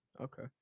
Okay